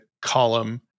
column